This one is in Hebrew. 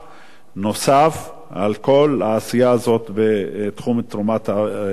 נוסף על כל העשייה הזאת בתחום תרומת האיברים.